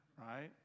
right